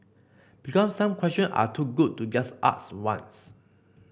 because some questions are too good to just ask once